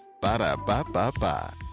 Ba-da-ba-ba-ba